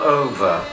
over